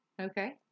Okay